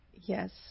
Yes